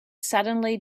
suddenly